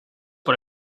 por